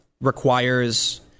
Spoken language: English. requires